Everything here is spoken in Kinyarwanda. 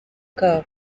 kabo